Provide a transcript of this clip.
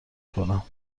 کنم